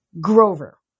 Grover